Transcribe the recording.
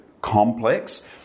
complex